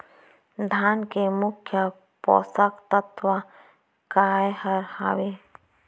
धान के मुख्य पोसक तत्व काय हर हावे?